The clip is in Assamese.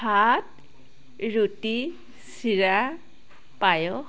ভাত ৰুটি চিৰা পায়স